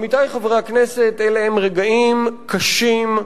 עמיתי חברי הכנסת, אלה הם רגעים קשים,